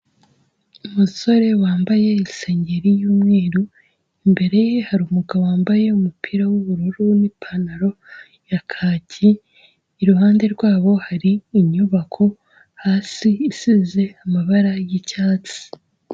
Umusore wambaye isengeri y'umweru, imbere ye hari umugabo wambaye umupira w'ubururu n'ipantaro ya kaki, iruhande rwabo hari inyubako hasi isize amabara y'icyatsi.